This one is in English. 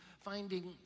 finding